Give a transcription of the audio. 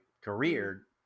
career